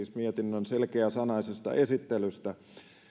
mietinnön selkeäsanaisesta esittelystä